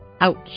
ouch